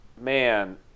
man